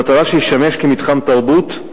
במטרה שישמש מתחם תרבות,